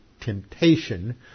temptation